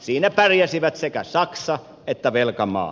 siinä pärjäsivät sekä saksa että velkamaat